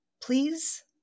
Please